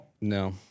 No